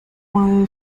mal